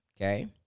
okay